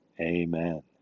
Amen